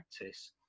practice